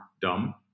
dumb